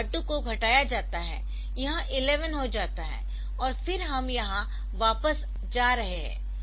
तो R2 को घटाया जाता है यह 11 हो जाता है और फिर हम यहां वापस जा रहे है